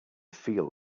feel